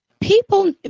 people